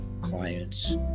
clients